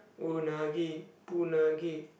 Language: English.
unagi unagi